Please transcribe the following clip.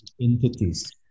entities